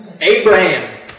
Abraham